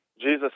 Jesus